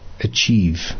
achieve